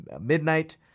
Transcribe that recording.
midnight